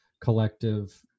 collective